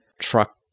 truck